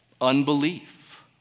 unbelief